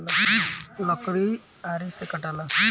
लकड़ी आरी से कटाला